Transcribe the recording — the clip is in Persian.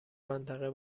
منطقه